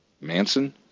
Manson